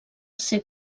ser